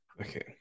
okay